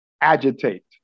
agitate